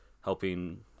helping